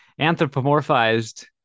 anthropomorphized